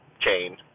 chain